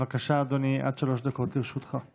בבקשה, אדוני, עד שלוש דקות לרשותך.